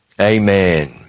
amen